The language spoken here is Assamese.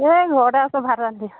এই ঘৰতে আছোঁ ভাত ৰান্ধি